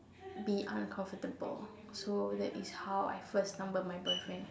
be uncomfortable so that is how I first stumble my boyfriend